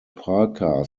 parker